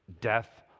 death